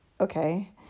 Okay